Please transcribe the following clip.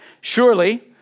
Surely